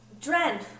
Dren